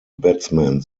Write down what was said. batsmen